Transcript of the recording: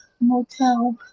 Motel